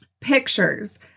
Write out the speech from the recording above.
pictures